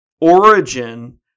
origin